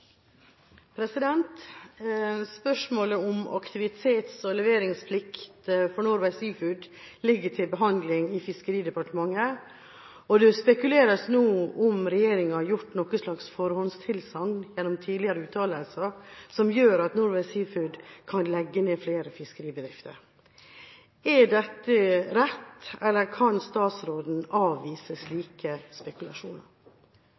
Spørsmålet om aktivitets- og leveringsplikt for Norway Seafoods ligger til behandling i Fiskeridepartementet, og det spekuleres nå i om regjeringa gjennom tidligere uttalelser har gjort noen forhåndstilsagn som gjør at Norway Seafoods kan legge ned flere fiskeribedrifter. Er dette rett, eller kan statsråden avvise